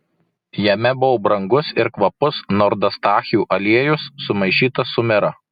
jame buvo brangus ir kvapus nardostachių aliejus sumaišytas su mira